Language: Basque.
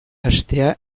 hastea